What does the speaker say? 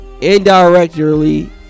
indirectly